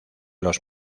los